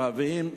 ערבים,